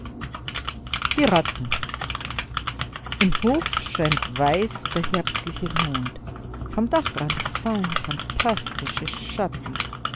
die ratten in hof scheint weiß der herbstliche mond vom dachrand fallen phantastische schatten